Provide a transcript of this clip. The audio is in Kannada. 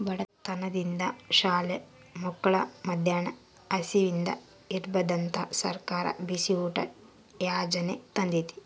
ಬಡತನದಿಂದ ಶಾಲೆ ಮಕ್ಳು ಮದ್ಯಾನ ಹಸಿವಿಂದ ಇರ್ಬಾರ್ದಂತ ಸರ್ಕಾರ ಬಿಸಿಯೂಟ ಯಾಜನೆ ತಂದೇತಿ